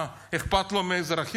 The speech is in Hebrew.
מה, אכפת לו מהאזרחים?